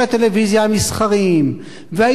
והעיתונות שמביאה את זה במדורי החדשות,